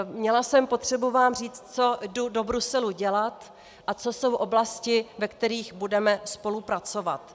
Měla jsem potřebu vám říct, co jdu do Bruselu dělat a co jsou oblasti, ve kterých budeme spolupracovat.